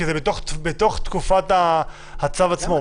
כי זה בתוך תקופת הצו עצמו.